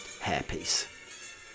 hairpiece